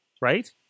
Right